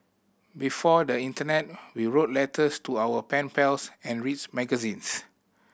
before the internet we wrote letters to our pen pals and reads magazines